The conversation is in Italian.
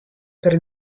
per